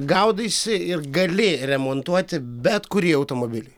gaudaisi ir gali remontuoti bet kurį automobilį